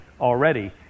already